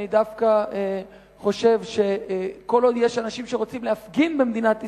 אני דווקא חושב שכל עוד יש אנשים שרוצים להפגין במדינת ישראל,